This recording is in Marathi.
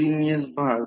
9 आणि V2 2 oआहे